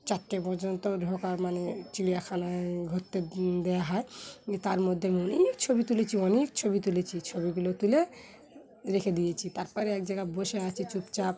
চারটে পর্যন্ত ঢোকার মানে চিড়িয়াখানায় ঘুরতে দেওয়া হয় তার মধ্যে আমি অনেক ছবি তুলেছি অনেক ছবি তুলেছি ছবিগুলো তুলে রেখে দিয়েছি তারপরে এক জায়গায় বসে আছে চুপচাপ